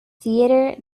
theater